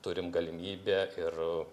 turim galimybę ir